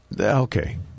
Okay